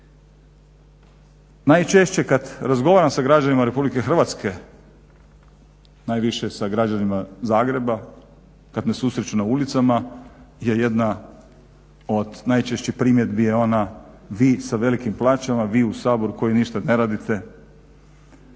Najčešće kad razgovaram sa građanima RH, najviše sa građanima Zagreba kad me susreću na ulicama je jedna od najčešćih primjedbi je ona vi sa velikim plaćama, vi u Saboru koji ništa ne radite.